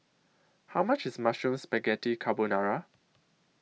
How much IS Mushroom Spaghetti Carbonara